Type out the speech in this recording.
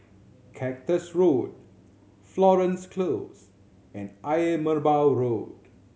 Cactus Road Florence Close and Ayer Merbau Road